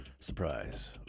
surprise